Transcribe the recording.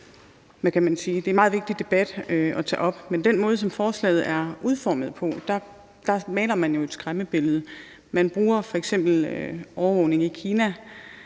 det er en meget vigtig debat at tage, men den måde forslaget er udformet på, gør jo, at man maler et skræmmebillede. Man bruger f.eks. overvågning i Kina,